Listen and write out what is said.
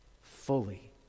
fully